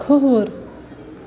کھووُر